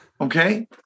Okay